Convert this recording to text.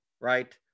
Right